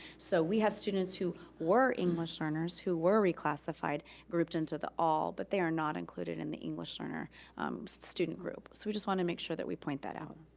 so we have students who were english learners, who were reclassified, grouped into the all, but they are not included in the english learner student group. so we just wanna make sure that we point that out.